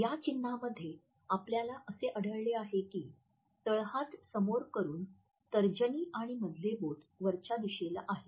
या चिन्हामध्ये आपल्याला असे आढळले आहे की तळहात समोर करून तर्जनी आणि मधले बोट वरच्या दिशेला केले आहे